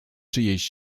czyjejś